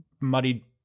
muddy